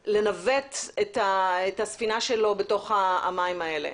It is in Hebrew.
יכול לנווט את הספינה שלו בתוך המים האלה.